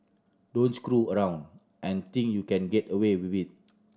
don't screw around and think you can get away with